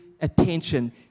attention